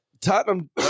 Tottenham